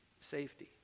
safety